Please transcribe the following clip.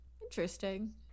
Interesting